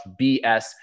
BS